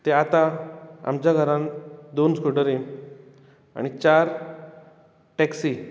तें आतां आमच्या घरांत दोन स्कुटरीं आनी चार टॅक्सी